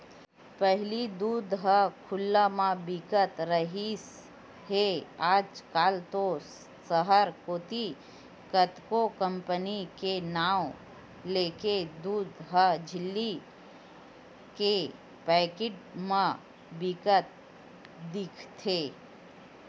पहिली दूद ह खुल्ला म बिकत रिहिस हे आज कल तो सहर कोती कतको कंपनी के नांव लेके दूद ह झिल्ली के पैकेट म बिकत दिखथे